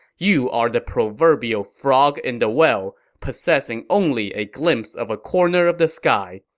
you are the proverbial frog in the well, possessing only a glimpse of a corner of the sky.